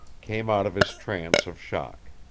came out of his trance of shock.